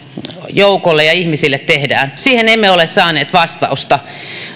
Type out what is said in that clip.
joukolle ja ihmisille tehdään siihen emme ole saaneet vastausta